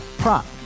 prop